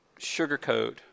sugarcoat